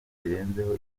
zirenzeho